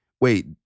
wait